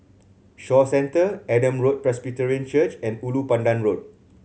Shaw Centre Adam Road Presbyterian Church and Ulu Pandan Road